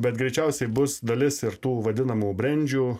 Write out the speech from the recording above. bet greičiausiai bus dalis ir tų vadinamų brendžių